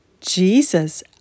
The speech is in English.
Jesus